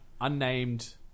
unnamed